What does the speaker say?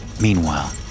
Meanwhile